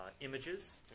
images